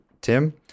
Tim